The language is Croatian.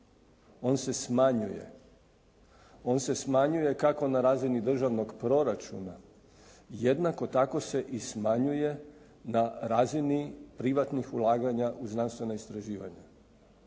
on se smanjuje. On se smanjuje kako na razini državnog proračuna, jednako tako se i smanjuje na razini privatnih ulaganja u znanstvena istraživanja